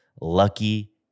Lucky